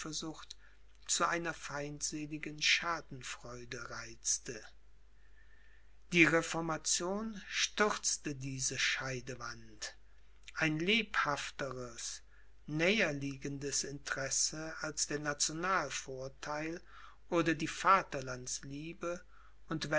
zu einer feindseligen schadenfreude reizte die reformation stürzte diese scheidewand ein lebhafteres näher liegendes interesse als der nationalvortheil oder die vaterlandsliebe und